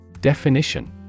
Definition